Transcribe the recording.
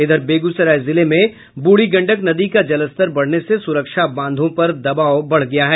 इधर बेगूसराय जिले में बूढ़ी गंडक नदी का जलस्तर बढ़ने से सुरक्षा बांधों पर दबाव बढ़ गया है